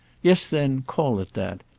yes then call it that.